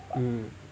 hmm